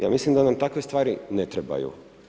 Ja mislim da nam takve stvari ne trebaju.